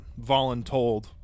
voluntold